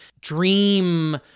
dream